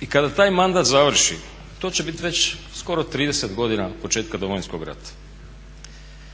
i kada taj mandat završi to će biti već skoro 30 godina od početka Domovinskog rata.